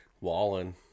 Wallen